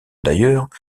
d’ailleurs